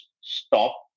stop